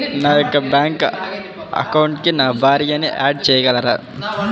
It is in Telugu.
నా యొక్క బ్యాంక్ అకౌంట్కి నా భార్యని యాడ్ చేయగలరా?